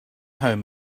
home